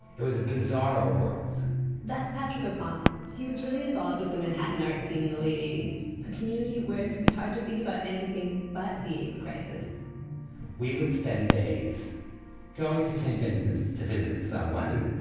it was a bizarro world that's patrick o'connell. he was really involved with the manhattan art scene in the late eighties. a community where it could be hard to think about anything but the aids crisis we would spend days going to saint vincent's to visit someone,